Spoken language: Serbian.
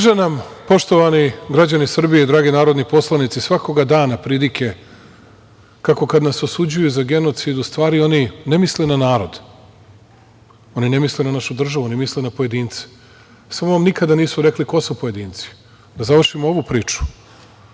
nas. Drže nam, poštovani građani Srbije, dragi narodni poslanici, svakoga dana pridike, kako kada nas osuđuju za genocid, u stvari oni ne misle na narod, oni ne misle na našu državu, oni misle na pojedince, samo nikada nisu rekli ko su pojedinci. Da završimo ovu priču,